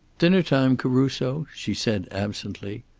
dinner time, caruso, she said absently.